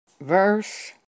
verse